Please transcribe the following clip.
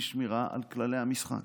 הוא שמירה על כללי המשחק.